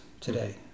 today